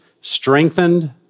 strengthened